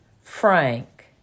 Frank